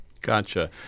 Gotcha